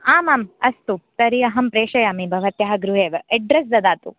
आमाम् अस्तु तर्हि अहं प्रेषयामि भवत्याः गृहे एव एड्रेस् ददातु